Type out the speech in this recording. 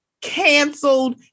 canceled